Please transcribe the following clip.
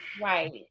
Right